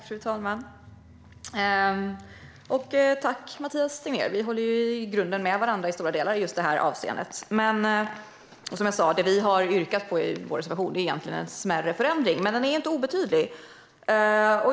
Fru talman! Tack, Mathias Tegnér! Vi håller i grunden med varandra i stora delar i det här avseendet. Men det som vi har yrkat på i vår reservation är egentligen en smärre förändring, men den är inte obetydlig.